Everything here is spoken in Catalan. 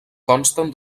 consten